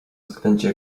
względzie